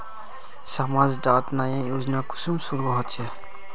समाज डात नया योजना कुंसम शुरू होछै?